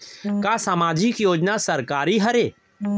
का सामाजिक योजना सरकारी हरे?